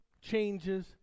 changes